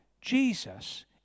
Jesus